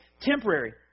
temporary